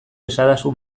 esadazu